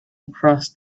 across